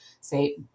say